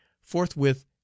forthwith